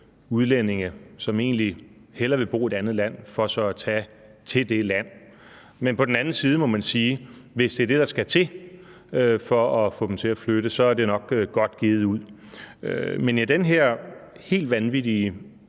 udlændinge, som egentlig hellere vil bo i et andet land, for så at tage til det land, men på den anden side må man sige, at hvis det er det, der skal til for at få dem til at flytte, er det nok godt givet ud. Men i den her helt vanvittige